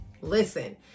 listen